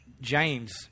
James